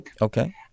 Okay